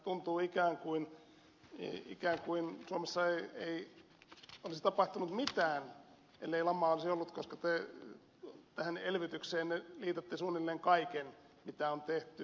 tuntuu ikään kuin suomessa ei olisi tapahtunut mitään ellei lamaa olisi ollut koska te tähän elvytykseenne liitätte suunnilleen kaiken mitä on tehty